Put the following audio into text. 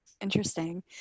Interesting